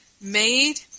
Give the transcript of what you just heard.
made